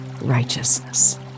righteousness